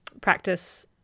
practice